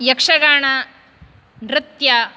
यक्षगान नृत्य